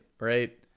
Right